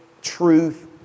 truth